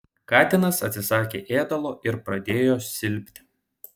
katinas atsisakė ėdalo ir pradėjo silpti